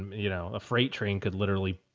you know, a freight train could literally.